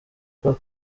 paul